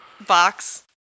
box